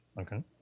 Okay